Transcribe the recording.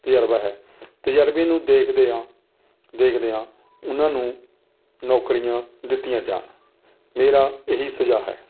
ਤਜਰਬਾ ਹੈ ਤਜਰਬੇ ਨੂੰ ਦੇਖਦਿਆਂ ਦੇਖਦਿਆਂ ਉਹਨਾਂ ਨੂੰ ਨੌਕਰੀਆਂ ਦਿੱਤੀਆਂ ਜਾਣ ਮੇਰਾ ਇਹੀ ਸੁਝਾਅ ਹੈ